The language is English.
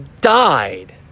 died